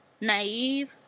naive